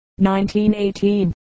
1918